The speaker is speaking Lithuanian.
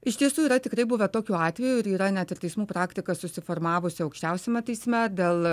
iš tiesų yra tikrai buvę tokių atvejų ir yra net ir teismų praktika susiformavusi aukščiausiame teisme dėl